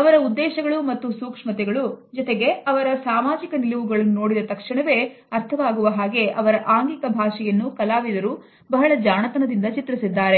ಅವರ ಉದ್ದೇಶಗಳು ಮತ್ತು ಸೂಕ್ಷ್ಮತೆಗಳು ಜೊತೆಗೆ ಅವರ ಸಾಮಾಜಿಕ ನಿಲುವುಗಳನ್ನು ನೋಡಿದ ತಕ್ಷಣವೇ ಅರ್ಥವಾಗುವ ಹಾಗೆ ಅವರ ಆಂಗಿಕ ಭಾಷೆಯನ್ನು ಕಲಾವಿದರು ಬಹಳ ಜಾಣತನದಿಂದ ಚಿತ್ರಿಸಿದ್ದಾರೆ